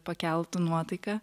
pakeltų nuotaiką